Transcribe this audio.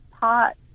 pot